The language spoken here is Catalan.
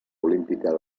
olímpica